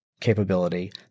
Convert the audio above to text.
capability